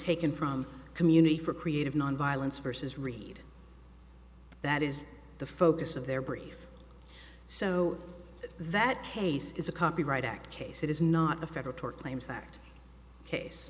taken from community for creative nonviolence versus read that is the focus of their brief so that case is a copyright act case it is not a federal tort claims act case